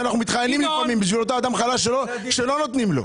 שאנחנו מתחננים לפעמים בשביל אותו אדם חלש שלא נותנים לו.